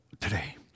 Today